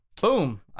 Boom